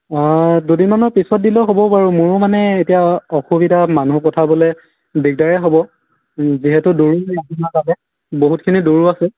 অ' দুদিনমানৰ পিছত দিলেও হ'ব বাৰু মোৰো মানে এতিয়া অসুবিধা মানুহ পঠাবলৈ দিগদাৰেই হ'ব যিহেতু বহুতখিনি দূৰো আছে